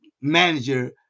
manager